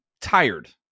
tired